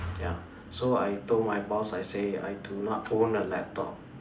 ya so I told my boss I say I do not own a laptop